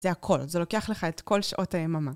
זה הכל, זה לוקח לך את כל שעות היממה.